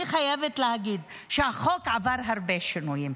אני חייבת להגיד שהחוק עבר הרבה שינויים.